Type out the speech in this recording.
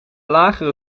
lagere